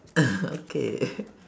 okay